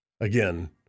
Again